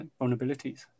vulnerabilities